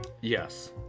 Yes